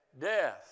Death